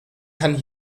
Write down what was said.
kann